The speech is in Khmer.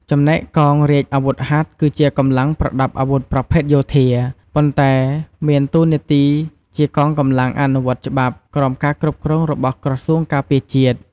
ចំណែកកងរាជអាវុធហត្ថ គឺជាកម្លាំងប្រដាប់អាវុធប្រភេទយោធា ប៉ុន្តែមានតួនាទីជាកងកម្លាំងអនុវត្តច្បាប់ក្រោមការគ្រប់គ្រងរបស់ក្រសួងការពារជាតិ។